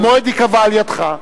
המועד ייקבע על-ידך.